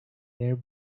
air